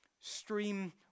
stream